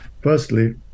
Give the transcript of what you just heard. Firstly